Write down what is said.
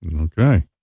Okay